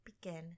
begin